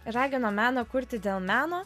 ragino meną kurti dėl meno